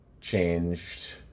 changed